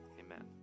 Amen